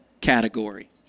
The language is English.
category